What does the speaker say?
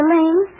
Lane